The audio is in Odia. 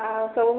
ଆଉ ସବୁ